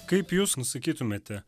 kaip jūs nusakytumėte